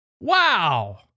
Wow